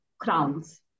crowns